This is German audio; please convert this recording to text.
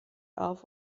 auf